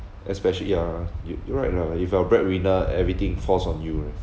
especially ya lah you you are right lah if you're a breadwinner everything it falls on you right